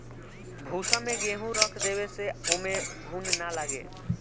भूसा में गेंहू रख देवे से ओमे घुन ना लागे